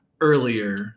earlier